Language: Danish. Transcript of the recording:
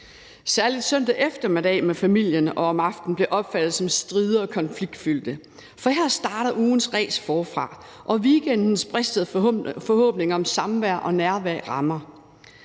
Særlig søndag eftermiddag og om aftenen med familien blev opfattet som strid og konfliktfyldt, for her starter ugens ræs forfra, og weekendens bristede forhåbninger om samvær og nærvær rammer.